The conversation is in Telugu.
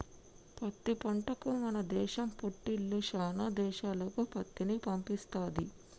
పత్తి పంటకు మన దేశం పుట్టిల్లు శానా దేశాలకు పత్తిని పంపిస్తది